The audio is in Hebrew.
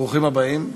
ברוכים הבאים חזרה.